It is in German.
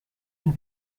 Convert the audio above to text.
den